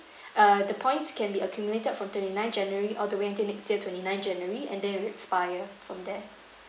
uh the points can be accumulated from twenty-ninth january all the way until next year twenty-ninth january and then will expire from there